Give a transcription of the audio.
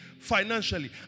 financially